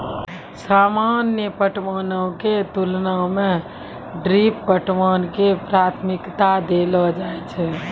सामान्य पटवनो के तुलना मे ड्रिप पटवन के प्राथमिकता देलो जाय छै